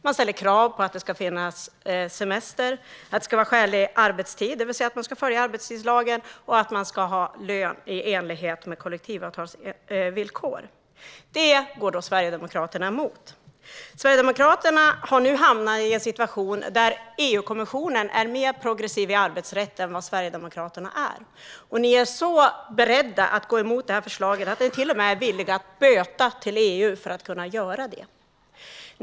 Det ställs krav på att det ska finnas semester och att det ska vara skälig arbetstid, det vill säga att man ska följa arbetstidslagen, och att man ska ha lön i enlighet med kollektivavtalets villkor. Det går alltså Sverigedemokraterna emot. Sverigedemokraterna har nu hamnat i en situation där EU-kommissionen är mer progressiv i fråga om arbetsrätt än Sverigedemokraterna är. Ni är så beredda att gå emot det här förslaget att ni till och med är villiga att böta till EU för att kunna göra det.